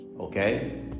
Okay